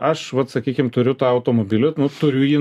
aš vat sakykim turiu tą automobilį nu turiu jį